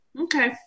Okay